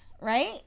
right